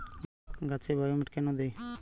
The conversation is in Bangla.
গাছে বায়োমেট কেন দেয়?